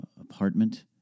apartment